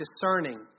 discerning